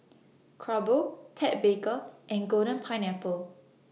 Crumpler Ted Baker and Golden Pineapple